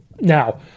Now